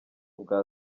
bwa